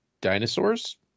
dinosaurs